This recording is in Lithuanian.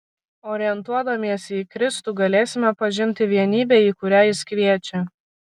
orientuodamiesi į kristų galėsime pažinti vienybę į kurią jis kviečia